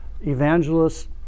evangelists